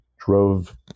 drove